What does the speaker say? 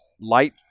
light